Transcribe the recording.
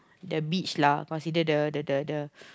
the beach lah considered the the the the the